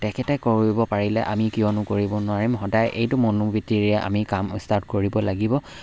তেখেতে কৰিব পাৰিলে আমি কিয়নো কৰিব নোৱাৰিম সদায় এইটো মনোবৃত্তিৰে আমি কাম ষ্টাৰ্ট কৰিব লাগিব